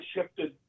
shifted